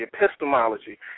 epistemology